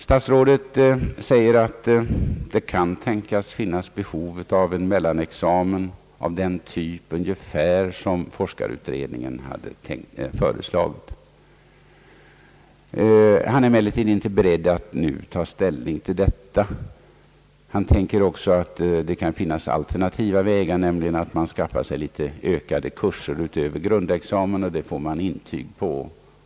Statsrådet säger att det kan finnas behov av en mellanexamen av ungefär den typ som forskarutredningen hade föreslagit. Han är emellertid inte beredd att nu ta ställning till denna fråga. Han tänker sig också att det kan finnas alternativa vägar, nämligen att man läser vissa kurser utöver grund examen, vilket man får intyg på.